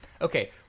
okay